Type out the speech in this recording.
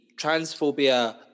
transphobia